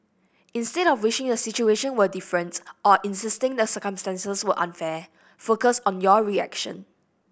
instead of wishing a situation were different or insisting the circumstances were unfair focus on your reaction